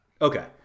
Okay